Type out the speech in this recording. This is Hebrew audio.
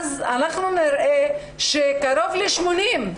אנחנו נראה שקרוב ל-80%,